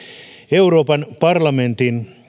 euroopan parlamentin